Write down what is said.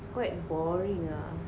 quite boring ah